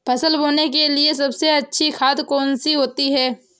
फसल बोने के लिए सबसे अच्छी खाद कौन सी होती है?